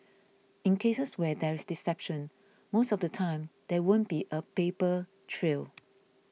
in cases where there is deception most of the time there won't be a paper trail